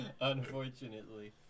Unfortunately